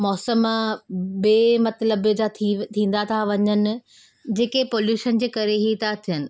मौसम बे मतिलब जा थी थींदा था वञनि जेके पोल्यूशन जे करे ई था थियनि